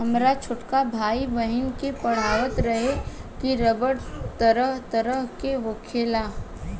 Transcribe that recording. हामर छोटका भाई, बहिन के पढ़ावत रहे की रबड़ तरह तरह के होखेला